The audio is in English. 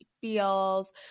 feels